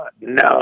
No